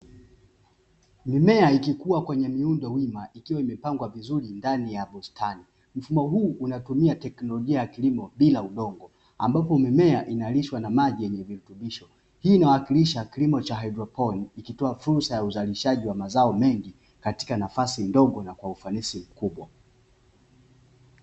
Mimea ikikua kwenye miundo wima ikiwa imepengwa vizuri ndani ya bustani. Mfumo huu unatumia teknolojia ya kilimo bila udongo ambapo mimea inalishwa na maji yenye virutubisho. Hii inawakilisha kilimo cha haidroponia ikitoa fursa ya uzalishaji wa mazao mengi katika nafasi ndogo na kwa ufanisi mkubwa.